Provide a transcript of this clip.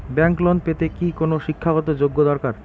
Bank loan পেতে কি কোনো শিক্ষা গত যোগ্য দরকার?